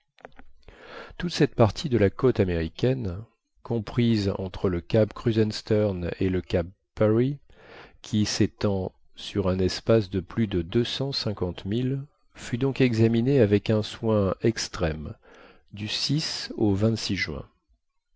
toute cette partie de la côte américaine comprise entre le cap kruzenstern et le cap parry qui s'étend sur un espace de plus de deux cent cinquante milles fut donc examinée avec un soin extrême du au juin